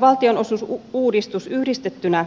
valtionosuusuudistus yhdistettynä